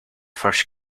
first